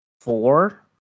four